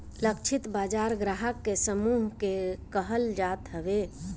लक्षित बाजार ग्राहक के समूह के कहल जात हवे